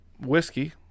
whiskey